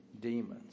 demons